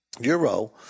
Euro